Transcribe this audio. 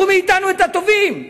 אבל קחו מאתנו את הדברים הטובים.